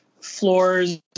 floors